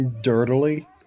Dirtily